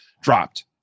dropped